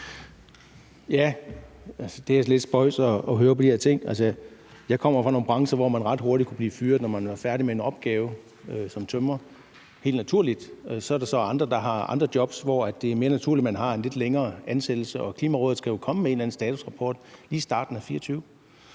Det er lidt spøjst at høre på de her ting. Jeg kommer fra nogle brancher, hvor man ret hurtigt kunne blive fyret, når man var færdig med en opgave som tømrer. Det var helt naturligt, og så er der så andre, der har andre jobs, hvor det er mere naturligt, at man har en lidt længere ansættelse. Klimarådet skal jo komme med en eller anden statusrapport lige i starten af 2024,